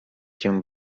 cię